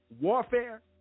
warfare